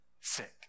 sick